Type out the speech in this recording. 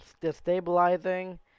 destabilizing